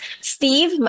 Steve